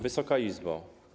Wysoka Izbo!